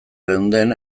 geunden